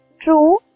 true